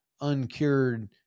uncured